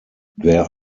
there